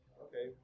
okay